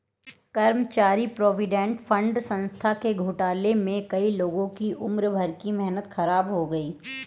कर्मचारी provident fund संस्था के घोटाले में कई लोगों की उम्र भर की मेहनत ख़राब हो गयी